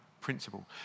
principle